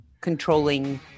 controlling